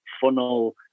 funnel